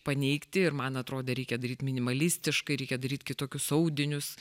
paneigti ir man atrodė reikia daryt minimalistiškai reikia daryt kitokius audinius